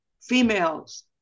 females